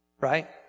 Right